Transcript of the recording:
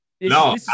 No